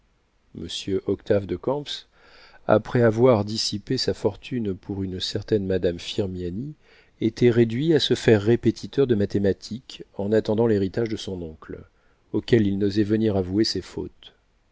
octave de camps après avoir dissipé sa fortune pour une certaine madame firmiani était réduit à se faire répétiteur de mathématiques en attendant l'héritage de son oncle auquel il n'osait venir avouer ses fautes